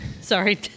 sorry